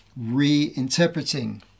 reinterpreting